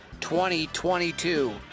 2022